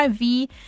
IV